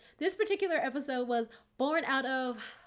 this particular episode was born out of,